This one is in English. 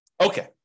Okay